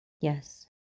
Yes